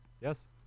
yes